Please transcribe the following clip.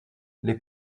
les